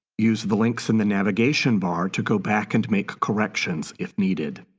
use the links in the navigation bar to go back and make corrections if needed.